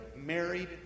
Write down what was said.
married